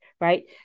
Right